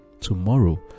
tomorrow